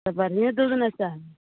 तऽ बढ़ियेँ दूधने चाही